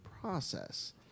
process